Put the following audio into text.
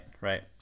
right